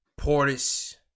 Portis